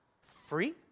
free